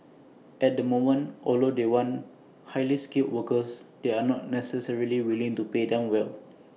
at the moment although they want highly skilled workers they are not necessarily willing to pay them well